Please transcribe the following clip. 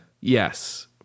yes